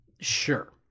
sure